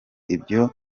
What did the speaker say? ibyo